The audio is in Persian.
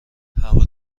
هوا